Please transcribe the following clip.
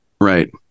Right